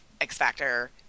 x-factor